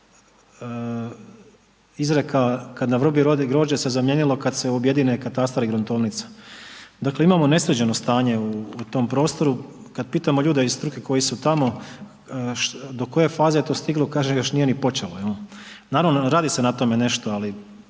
izreka „kad na vrbi rodi grožđe“ se zamijenilo kada se objedine katastar i gruntovnica. Dakle, imamo nesređeno stanje u tom prostoru. Kada pitamo ljude iz struke koji su tamo do koje faze je to stiglo, kaže još nije ni počelo. Naravno radi se na tome nešto, ali